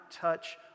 touch